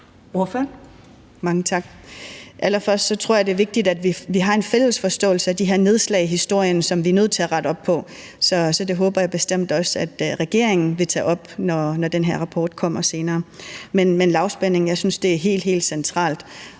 (IA): Mange tak. Allerførst tror jeg, det er vigtigt, at vi har en fælles forståelse af de her nedslag i historien, som vi er nødt til at rette op på. Så det håber jeg bestemt også regeringen vil tage op, når den her rapport kommer senere. Men i forhold til